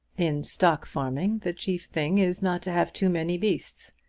in stock-farming the chief thing is not to have too many beasts.